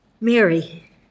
Mary